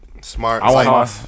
smart